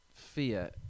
fear